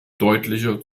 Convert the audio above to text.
deutlicher